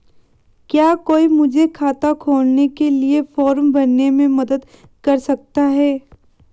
क्या कोई मुझे खाता खोलने के लिए फॉर्म भरने में मदद कर सकता है?